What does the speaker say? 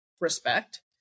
respect